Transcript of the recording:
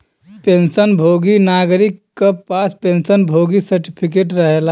pension भोगी नागरिक क पास पेंशन भोगी सर्टिफिकेट रहेला